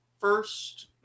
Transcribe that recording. first